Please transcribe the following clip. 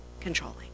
controlling